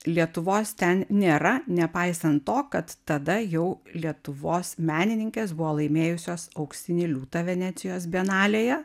lietuvos ten nėra nepaisant to kad tada jau lietuvos menininkės buvo laimėjusios auksinį liūtą venecijos bienalėje